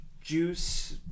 Juice